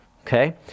okay